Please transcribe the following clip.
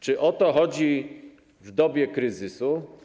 Czy o to chodzi w dobie kryzysu?